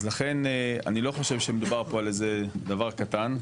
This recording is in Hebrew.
אז לכן אני לא חושב שמדובר פה על איזה דבר קטן.